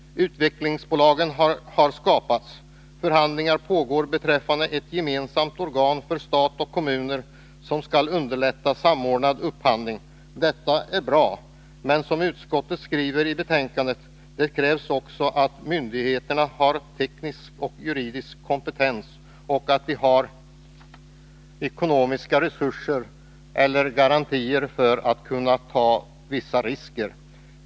Utvecklingsbolagen har skapats. Förhandlingar pågår beträffande ett gemensamt organ för stat och kommuner som skall underlätta samordnad upphandling. Det är bra. Men, som utskottet skriver i betänkandet, det krävs också att myndigheterna har teknisk och juridisk kompetens och att de har ekonomiska resurser eller garantier för att kunna ta vissa risker.